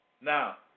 Now